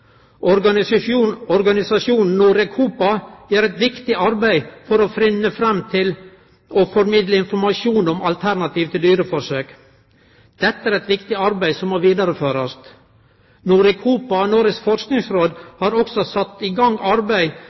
liding. Organisasjonen Norecopa gjer eit viktig arbeid for å finne fram til og formidle informasjon om alternativ til dyreforsøk. Dette er eit viktig arbeid som må vidareførast. Norecopa og Noregs forskingsråd har også sett i gang arbeid